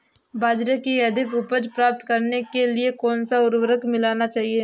बाजरे की अधिक उपज प्राप्त करने के लिए कौनसा उर्वरक मिलाना चाहिए?